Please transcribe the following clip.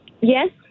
Yes